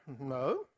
No